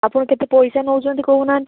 ଆପଣ କେତେ ପଇସା ନେଉଛନ୍ତି କହୁନାହାଁନ୍ତି